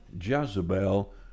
Jezebel